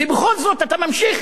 ובכל זאת אתה ממשיך